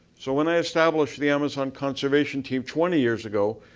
so, when i established the amazon conservation team, twenty years ago,